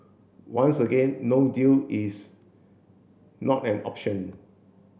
once again no deal is not an option